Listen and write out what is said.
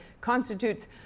constitutes